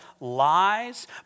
lies